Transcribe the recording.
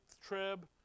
trib